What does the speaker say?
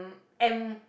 M